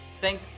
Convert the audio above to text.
Thank